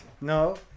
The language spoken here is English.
no